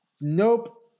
nope